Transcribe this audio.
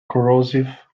corrosive